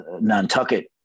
nantucket